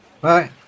Bye